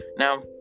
Now